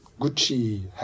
Gucci